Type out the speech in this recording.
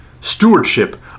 stewardship